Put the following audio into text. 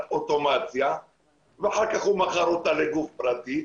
אוטומציה ואחר כך מכר אותה לגוף פרטי.